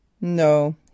No